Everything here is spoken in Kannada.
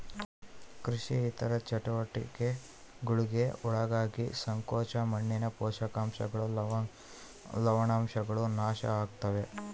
ಕೃಷಿ ಇತರ ಚಟುವಟಿಕೆಗುಳ್ಗೆ ಒಳಗಾಗಿ ಸಂಕೋಚ ಮಣ್ಣಿನ ಪೋಷಕಾಂಶಗಳು ಲವಣಾಂಶಗಳು ನಾಶ ಆಗುತ್ತವೆ